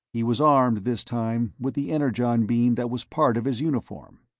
he was armed, this time, with the energon-beam that was part of his uniform.